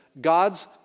God's